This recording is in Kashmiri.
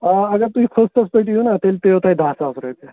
آ اگر تُہۍ فٔسٹَس پٮ۪ٹھ یِیِو نا تیٚلہِ پیٚیِو تۄہہِ دَہ ساس رۄپیہِ